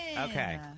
Okay